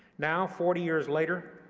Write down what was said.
now, forty years later,